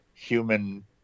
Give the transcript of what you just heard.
human